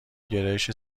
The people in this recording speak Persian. گرایش